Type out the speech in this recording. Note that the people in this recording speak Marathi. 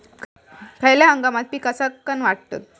खयल्या हंगामात पीका सरक्कान वाढतत?